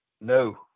No